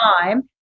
time